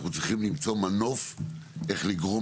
אנחנו צריכים למצוא מנוף איך לגרום